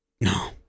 No